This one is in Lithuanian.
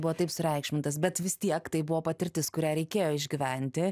buvo taip sureikšmintas bet vis tiek tai buvo patirtis kurią reikėjo išgyventi